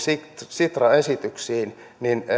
sitran esityksiin niin